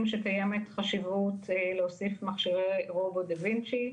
שקיימת חשיבות להוסיף מכשירי רובוט דה וינצ'י,